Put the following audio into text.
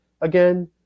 again